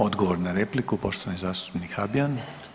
Odgovor na repliku poštovani zastupnik Habijan.